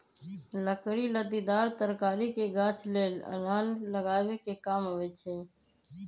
लकड़ी लत्तिदार तरकारी के गाछ लेल अलान लगाबे कें काम अबई छै